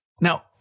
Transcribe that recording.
Now